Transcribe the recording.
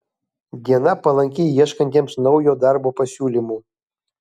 diena palanki ieškantiems naujo darbo pasiūlymų